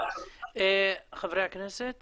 חבר הכנסת